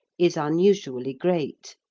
is unusually great.